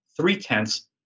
three-tenths